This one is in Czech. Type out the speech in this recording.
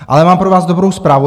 Ale mám pro vás dobrou zprávu.